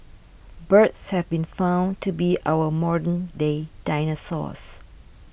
birds have been found to be our modern day dinosaurs